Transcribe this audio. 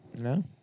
no